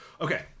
Okay